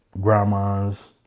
grandmas